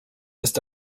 ist